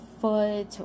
foot